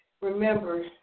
remember